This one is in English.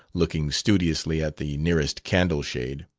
looking studiously at the nearest candle-shade.